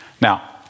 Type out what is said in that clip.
Now